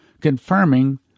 confirming